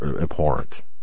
abhorrent